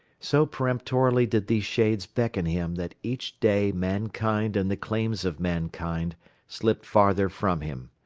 so peremptorily did these shades beckon him, that each day mankind and the claims of mankind slipped farther from him.